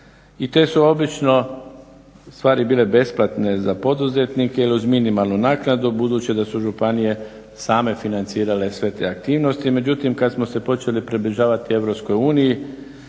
I te su obično stvari bile besplatne za poduzetnike ili uz minimalnu naknadu budući da su županije same financirale sve te aktivnost. Međutim kad smo se počeli približavati EU